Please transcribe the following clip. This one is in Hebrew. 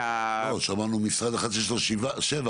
שמענו ממשרד אחד שיש לו שבע.